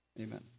Amen